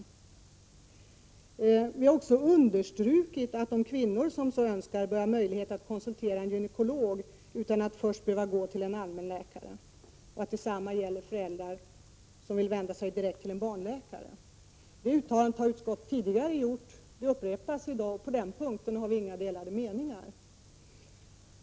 Vi har också understrukit att de kvinnor som så önskar bör ha möjlighet att konsultera en gynekolog utan att först behöva gå till en allmänläkare och att detsamma gäller föräldrar som vill vända sig direkt till en barnläkare. De uttalandena har utskottet gjort tidigare, och de upprepas nu. På de punkterna råder det inga delade meningar.